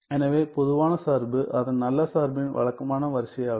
எனவே பொதுவான சார்பு அதன் நல்ல சார்பின் வழக்கமான வரிசையாகும்